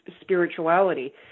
spirituality